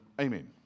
amen